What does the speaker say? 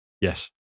Yes